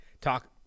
Talk